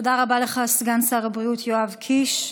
תודה רבה לך, סגן שר הבריאות יואב קיש.